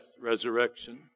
resurrection